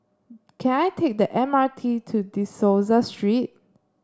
can I take the M R T to De Souza Street